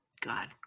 God